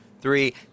three